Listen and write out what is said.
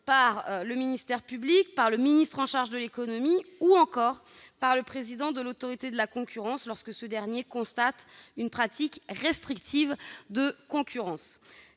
par le ministère public, par le ministre chargé de l'économie ou par le président de l'Autorité de la concurrence lorsque ce dernier constate une pratique restrictive de concurrence.